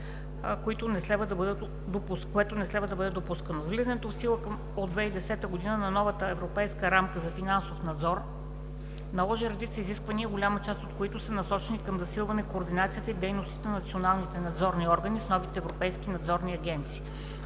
което не следва да бъде допускано. Влизането в сила от 2010 г. на новата Европейска рамка за финансов надзор наложи редица изисквания, голяма част от които са насочени към засилване координацията и дейностите на националните надзорни органи с новите европейски надзорни агенции.